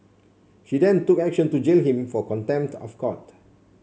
she then took action to jail him for contempt of court